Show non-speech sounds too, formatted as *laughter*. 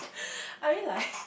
*breath* I mean like